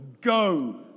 go